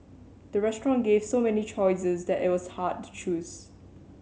the restaurant gave so many choices that it was hard to choose